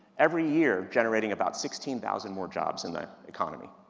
every year generating about sixteen thousand more jobs in the economy.